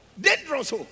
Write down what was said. Dangerous